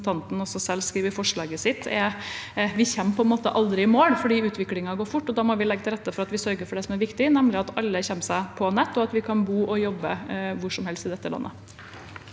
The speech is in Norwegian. også sier, kommer vi på en måte aldri i mål, for utviklingen går fort. Da må vi legge til rette for at vi sørger for det som er viktig, nemlig at alle kommer seg på nett, og at vi kan bo og jobbe hvor som helst i dette landet.